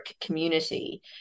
community